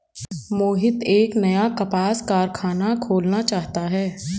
मोहित एक नया कपास कारख़ाना खोलना चाहता है